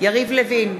יריב לוין,